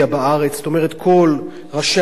זאת אומרת כל ראשי המקצוע